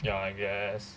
ya I guess